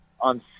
on